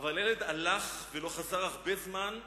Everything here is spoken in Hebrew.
"אבל הילד הלך ולא חזר הרבה זמן ...